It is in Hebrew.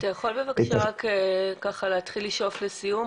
(היו"ר ענבר בזק) אתה יכול בבקשה להתחיל לשאוף לסיום,